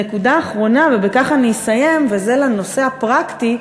נקודה אחרונה, ובכך אני אסיים, היא הנושא הפרקטי.